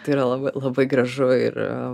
tai yra lab labai gražu ir